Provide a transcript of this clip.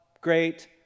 great